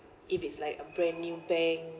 if it's like a brand new bank